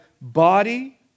body